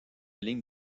lignes